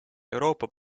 euroopa